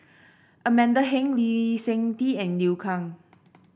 Amanda Heng Lee Seng Tee and Liu Kang